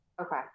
Okay